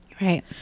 right